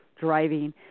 driving